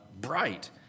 bright